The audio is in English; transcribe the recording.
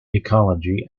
ecology